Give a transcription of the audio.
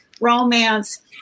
Romance